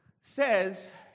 says